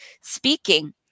speaking